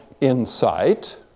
insight